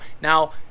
Now